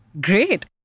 Great